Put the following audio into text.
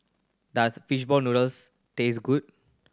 does fish ball noodles taste good